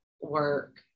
work